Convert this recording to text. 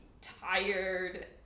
tired